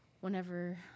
whenever